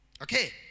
Okay